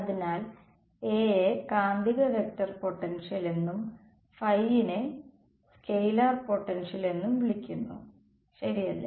അതിനാൽ A യെ കാന്തിക വെക്റ്റർ പൊട്ടൻഷ്യൽ എന്നും വിനെ സ്കെലാർ പൊട്ടൻഷ്യൽ എന്നും വിളിക്കുന്നു ശരിയല്ലേ